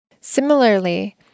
Similarly